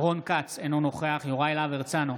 רון כץ, אינו נוכח יוראי להב הרצנו,